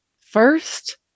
first